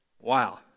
Wow